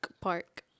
park